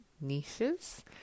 niches